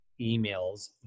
emails